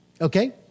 Okay